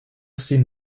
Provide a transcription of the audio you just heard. sin